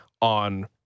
on